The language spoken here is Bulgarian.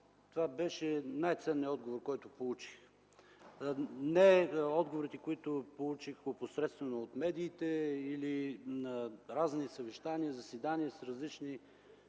това беше най-ценният отговор, който получих, не отговорите, които получих опосредствено от медиите или на разни съвещания, заседания с различни